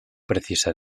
precisa